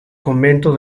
convento